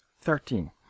Thirteen